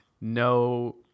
no